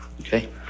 okay